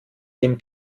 dem